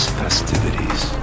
festivities